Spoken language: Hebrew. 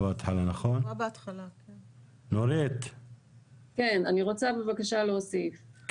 אני רוצה בבקשה להוסיף,